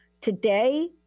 Today